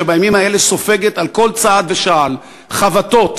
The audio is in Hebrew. שבימים האלה סופגת על כל צעד ושעל חבטות